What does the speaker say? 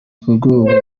kuguha